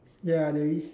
ya there is